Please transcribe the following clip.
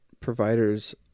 providers